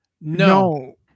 no